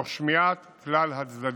תוך שמיעת כל הצדדים.